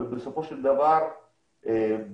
בסופו של דבר ב-1999,